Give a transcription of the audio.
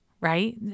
right